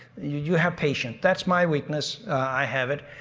you have patience. that's my weakness, i have it,